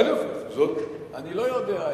בסדר, זאת, אני לא יודע.